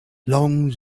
long